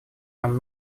нам